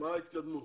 מה ההתקדמות?